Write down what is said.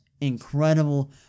incredible